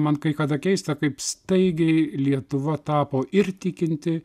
man kai kada keista kaip staigiai lietuva tapo ir tikinti